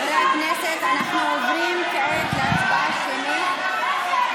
חברי הכנסת, אנחנו עוברים כעת להצבעה שמית,